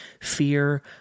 fear